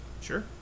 Sure